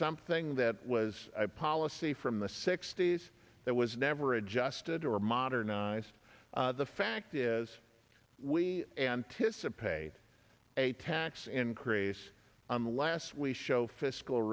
something that was a policy from the sixty's that was never adjusted or modernized the fact is we anticipate a tax increase unless we show fiscal